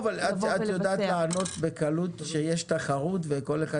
אבל את יודעת לענות בקלות שיש תחרות וכל אחד